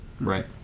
right